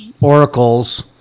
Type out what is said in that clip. oracles